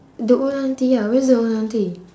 the old auntie ya where's the old auntie